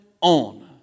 on